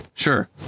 Sure